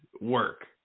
work